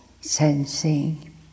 sensing